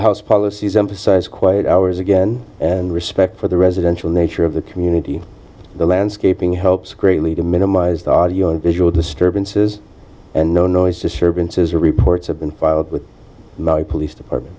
house policies emphasize quiet hours again and respect for the residential nature of the community the landscaping helps greatly to minimize the audio visual disturbances and no no it's disturbing to reports have been filed with the police department